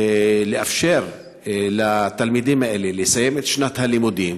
לאפשר לתלמידים האלה לסיים את שנת הלימודים